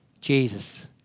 Jesus